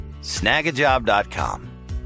Snagajob.com